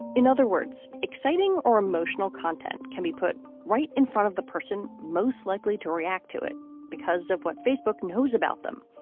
in other words exciting or emotional content can be put right in front of the person most likely to react to it because of what facebook knows about them.